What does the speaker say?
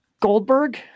Goldberg